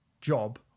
job